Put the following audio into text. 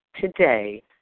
today